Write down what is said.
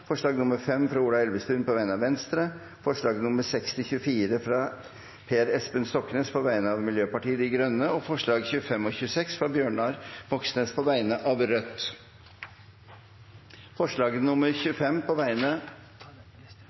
forslag nr. 5, fra Ola Elvestuen på vegne av Venstre forslagene nr. 6–24, fra Per Espen Stoknes på vegne av Miljøpartiet De Grønne forslagene nr. 25 og 26, fra Bjørnar Moxnes på vegne av Rødt Presidenten vil gjøre oppmerksom på